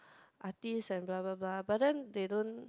artist and blah blah blah but then they don't